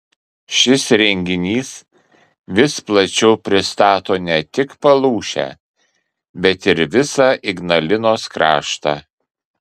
šis renginys vis plačiau pristato ne tik palūšę bet ir visą ignalinos kraštą